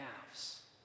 calves